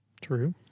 True